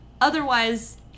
otherwise